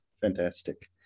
Fantastic